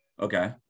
Okay